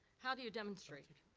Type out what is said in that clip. how do you demonstrate?